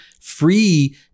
free